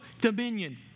dominion